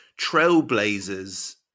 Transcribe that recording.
trailblazers